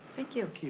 thank you. okay,